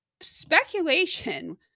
speculation